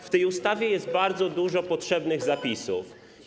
W tej ustawie jest bardzo dużo potrzebnych zapisów.